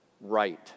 Right